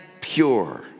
pure